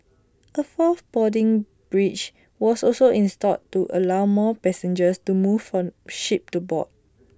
A fourth boarding bridge was also installed to allow more passengers to move from ship to port